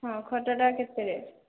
ହଁ ଖଟଟା କେତେ